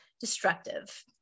destructive